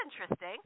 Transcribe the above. interesting